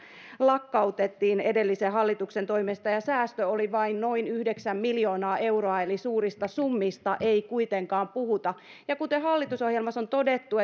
lakkautettiin edellisen hallituksen toimesta säästö oli vain noin yhdeksän miljoonaa euroa eli suurista summista ei kuitenkaan puhuta kuten hallitusohjelmassa on todettu